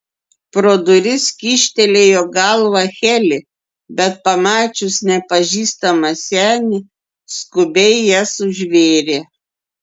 pro duris kyštelėjo galvą heli bet pamačius nepažįstamą senį skubiai jas užvėrė